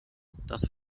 das